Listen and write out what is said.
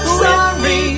sorry